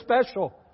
special